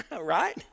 right